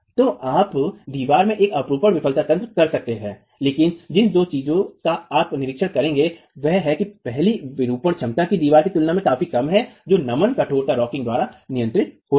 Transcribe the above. तो आप दीवार में एक अपरूपण विफलता तंत्र कर सकते हैं लेकिन जिन दो चीजों का आप निरीक्षण करेंगे वे हैं पहली विरूपण क्षमता की दीवार की तुलना में काफी कम है जो नमन कठोरतारॉकिंग द्वारा नियंत्रित होती है